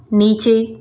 नीचे